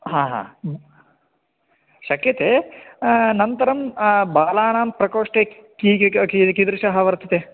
हा हा शक्यते अनन्तरं बालानां प्रकोष्ठे कीदृशः वर्तते